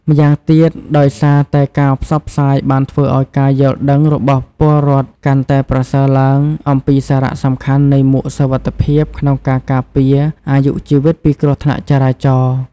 ម្យ៉ាងទៀត ដោយសារតែការផ្សព្វផ្សាយបានធ្វើឲ្យការយល់ដឹងរបស់ពលរ្ឋកាន់តែប្រសើរឡើងអំពីសារៈសំខាន់នៃមួកសុវត្ថិភាពក្នុងការការពារអាយុជីវិតពីគ្រោះថ្នាក់ចរាចរណ៍។